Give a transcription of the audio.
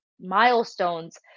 milestones